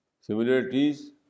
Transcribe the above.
similarities